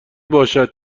باشد